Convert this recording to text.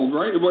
right